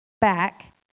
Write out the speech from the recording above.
back